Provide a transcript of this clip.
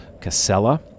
Casella